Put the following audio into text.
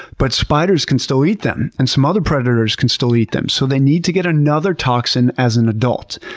but spiders can still eat them, and some other predators can still eat them. so they need to get another toxin as an adult.